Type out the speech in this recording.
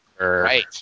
Right